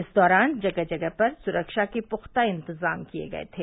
इस दौरान जगह जगह पर सुरक्षा के पुख्ता इंतजाम किये गये थे